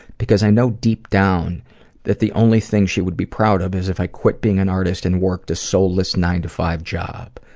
because i know deep down that the only thing she would be proud of is if i quit being an artist and worked a soulless nine to five job.